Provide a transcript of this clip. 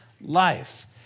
life